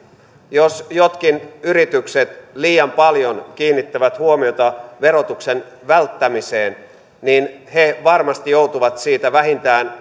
jos jotkin yritykset liian paljon kiinnittävät huomiota verotuksen välttämiseen niin he varmasti joutuvat siitä vähintään